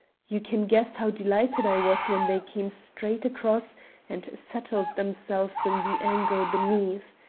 you can guess how delighted i was when they came straight across and settled themselves in the angle beneath.